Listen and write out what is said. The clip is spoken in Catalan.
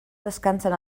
descansen